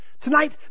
Tonight